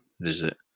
visit